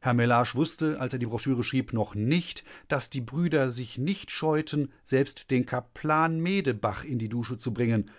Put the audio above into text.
herr mellage wußte als er die broschüre schrieb noch nicht daß die brüder sich nicht scheuten ten selbst den kaplan medebach in die dusche zu bringen